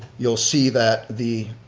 you'll see that the